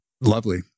Lovely